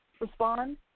respond